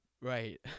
right